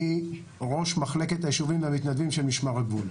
אני ראש מחלקת היישובים למתנדבים של משמר הגבול.